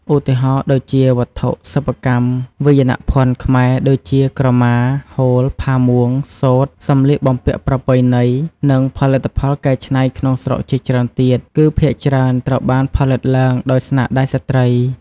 ឧទាហរណ៍ដូចជា វត្ថុសិប្បកម្ម វាយនភ័ណ្ឌខ្មែរ ដូចជា ក្រមា ហូល ផាមួង សូត្រ សំលៀកបំពាក់ប្រពៃណី និងផលិតផលកែច្នៃក្នុងស្រុកជាច្រើនទៀត គឺភាគច្រើនត្រូវបានផលិតឡើងដោយស្នាដៃស្ត្រី។